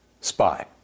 Spy